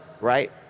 right